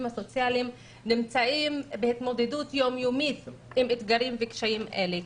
הסוציאליים נמצאים בהתמודדות יומיומית עם אתגרים וקשיים אלה.